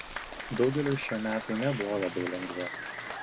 daugeliui šie metai nebuvo labai lengvi